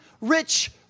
rich